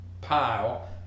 pile